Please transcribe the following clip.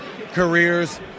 careers